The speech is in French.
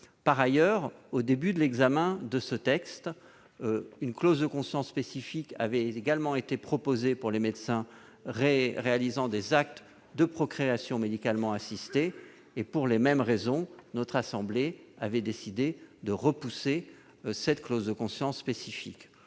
Par ailleurs, au début de l'examen de ce texte, une clause de conscience spécifique avait également été proposée pour les médecins réalisant des actes de procréation médicalement assistée. Pour les mêmes raisons, notre assemblée avait décidé de repousser cette clause de conscience spécifique.